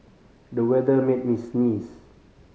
the weather made me sneeze